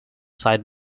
side